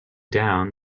down